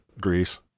Greece